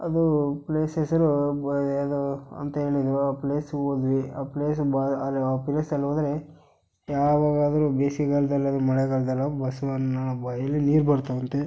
ಅದು ಪ್ಲೇಸ್ ಹೆಸರು ಗ್ ಯಾವ್ದೋ ಅಂತ ಹೇಳಿದರು ಆ ಪ್ಲೇಸ್ಗೆ ಹೋದ್ವಿ ಆ ಪ್ಲೇಸ್ ಬ್ ಆ ಪ್ಲೇಸಲ್ಲಿ ಹೋದರೆ ಯಾವಾಗಾದರೂ ಬೇಸಿಗೆಗಾಲ್ದಲ್ಲಾದ್ರು ಮಳೆಗಾಲದಲ್ಲು ಬಸ್ವಣ್ಣನ ಬಾಯಲ್ಲಿ ನೀರು ಬರ್ತದೆ ಅಂತೆ